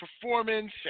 performance